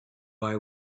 why